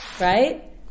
right